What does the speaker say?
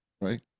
right